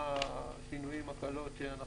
מבחינתנו, ייתכנו עוד כמה שינויים, הקלות.